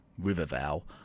Rivervale